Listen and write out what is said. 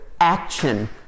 action